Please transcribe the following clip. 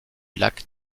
lac